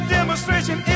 demonstration